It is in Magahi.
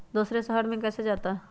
दूसरे शहर मे कैसे जाता?